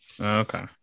okay